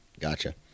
Gotcha